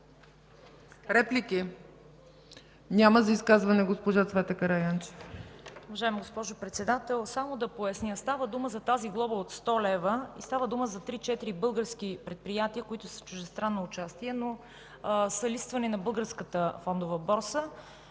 Реплики? Няма. За изказване – госпожа Цвета Караянчева.